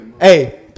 Hey